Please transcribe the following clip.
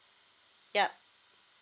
yup